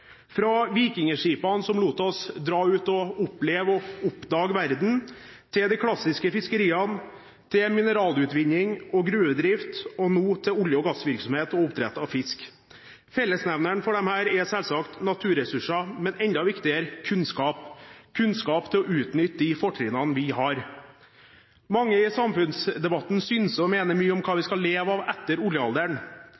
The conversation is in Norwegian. fra vikingskipene som lot oss dra ut og oppleve og oppdage verden, til de klassiske fiskeriene, til mineralutvinning og gruvedrift og nå til olje- og gassvirksomhet og oppdrett av fisk. Fellesnevneren for disse er selvsagt naturressurser, men enda viktigere er kunnskap – kunnskap til å utnytte de fortrinnene vi har. Mange i samfunnsdebatten synser og mener mye om hva vi